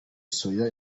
soya